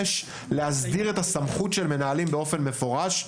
יש להסדיר את הסמכות של מנהלים באופן מפורש,